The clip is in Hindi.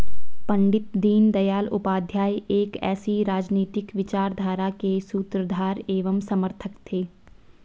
पण्डित दीनदयाल उपाध्याय एक ऐसी राजनीतिक विचारधारा के सूत्रधार एवं समर्थक थे